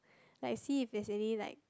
like see if there's any like